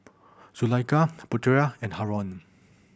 Zulaikha Putera and Haron